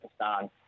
Pakistan